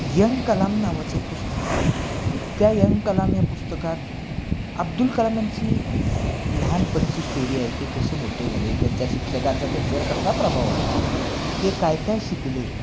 young Kalam नावाचं एक पुस्तक आहे त्या यंग कलाम ह्या पुस्तकात अब्दुल कलामांची लहानपणीची स्टोरी आहे ते कसे मोठे झाले त्यांच्या शिक्षकांचा त्यांच्यावर कसा प्रभाव होता ते काय काय शिकले